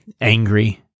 angry